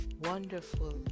wonderful